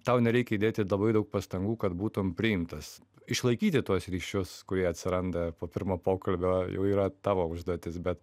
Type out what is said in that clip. tau nereikia įdėti labai daug pastangų kad būtum priimtas išlaikyti tuos ryšius kurie atsiranda po pirmo pokalbio jau yra tavo užduotis bet